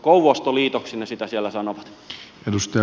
kouvostoliitoksi ne sitä siellä sanovat